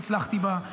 והצלחתי בו,